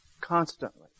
constantly